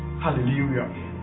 Hallelujah